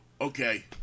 okay